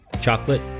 chocolate